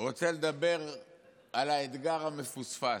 רוצה לדבר על האתגר המפוספס.